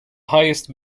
highest